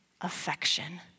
affection